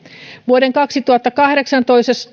vuoden kaksituhattakahdeksantoista